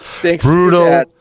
Brutal